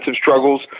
struggles